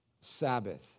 Sabbath